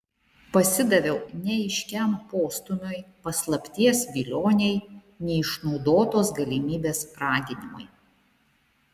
pasidaviau neaiškiam postūmiui paslapties vilionei neišnaudotos galimybės raginimui